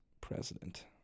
president